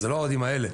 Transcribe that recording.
זה לא האוהדים האלה.